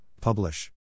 Publish